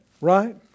Right